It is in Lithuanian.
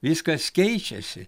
viskas keičiasi